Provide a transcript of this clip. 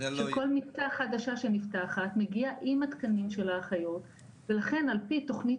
שכל מיטה חדשה שנפתחת מגיעהנ עם התקנים של האחיות ולכן על פי תוכנית